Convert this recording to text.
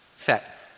set